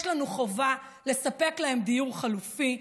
יש לנו חובה לספק להם דיור חלופי.